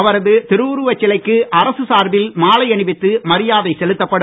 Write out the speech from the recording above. அவரது திருவுருவச் சிலைக்கு அரசு சார்பில் மாலை அணிவித்து மரியாதை செலுத்தப்படும்